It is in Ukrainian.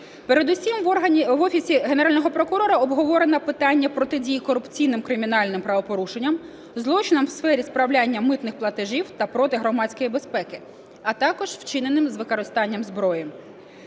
Передусім в Офісі Генерального прокурора обговорено питання протидії корупційним кримінальним правопорушенням, злочинам в сфері справляння митних платежів та проти громадської безпеки, а також вчиненим з використанням зброї.